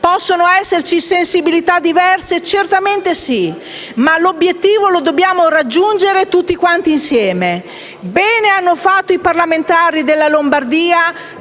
Possono esserci sensibilità diverse? Certamente sì, ma dobbiamo raggiungere l'obiettivo tutti quanti insieme. Bene hanno fatto i parlamentari della Lombardia